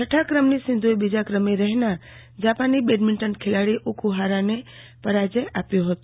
છઠ્ઠા ક્રમની સિન્ધીએ બીજા ક્રમે રહેનાર જાપાનની બેડમિન્ટન ખેલાડી ઓફકારાને પરાજય આપ્યો હતો